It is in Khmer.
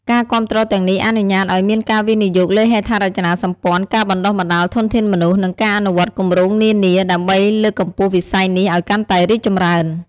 ការគាំទ្រទាំងនេះអនុញ្ញាតឱ្យមានការវិនិយោគលើហេដ្ឋារចនាសម្ព័ន្ធ ការបណ្ដុះបណ្ដាលធនធានមនុស្ស និងការអនុវត្តគម្រោងនានា ដើម្បីលើកកម្ពស់វិស័យនេះឱ្យកាន់តែរីកចម្រើន។